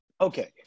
Okay